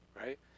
right